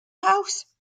house